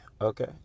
okay